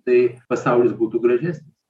tai pasaulis būtų gražesnis